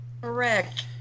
correct